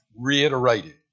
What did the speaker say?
reiterated